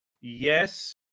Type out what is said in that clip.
Yes